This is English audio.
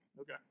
Okay